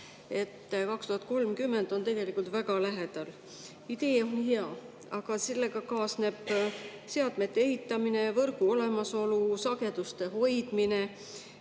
2030 on väga lähedal. Idee on hea, aga sellega kaasneb seadmete ehitamise, võrgu olemasolu ja sageduste hoidmise